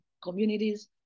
communities